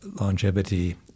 longevity